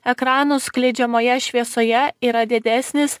ekranų skleidžiamoje šviesoje yra didesnis